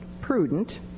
prudent